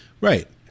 Right